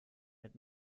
mit